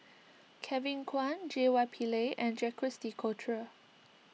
Kevin Kwan J Y Pillay and Jacques De Coutre